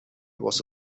was